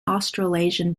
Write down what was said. australasian